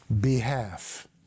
behalf